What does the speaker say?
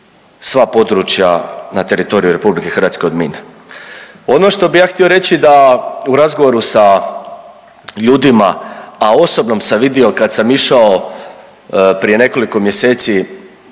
sva područja na teritoriju RH od mina. Ono što bi ja htio reći da u razgovoru sa ljudima a osobno sam vidio kad sam išao prije nekoliko mjeseci